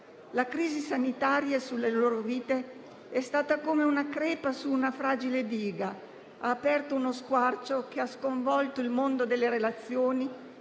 La crisi sanitaria sulle loro vite è stata come una crepa su una fragile diga, ha aperto uno squarcio che ha sconvolto il mondo delle relazioni